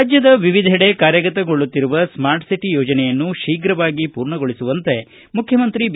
ರಾಜ್ಯದ ವಿವಿಧೆಡೆ ಕಾರ್ಯಗತಗೊಳ್ಳುತ್ತಿರುವ ಸ್ಟಾರ್ಟ್ ಸಿಟಿ ಯೋಜನೆಯನ್ನು ಶೀಘವಾಗಿ ಪೂರ್ಣಗೊಳಿಸುವಂತೆ ಮುಖ್ಯಮಂತ್ರಿ ಬಿ